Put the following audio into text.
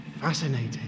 Fascinating